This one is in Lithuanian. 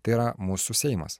tai yra mūsų seimas